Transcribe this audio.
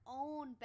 own